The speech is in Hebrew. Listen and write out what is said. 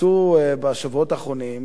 יצאו בשבועות האחרונים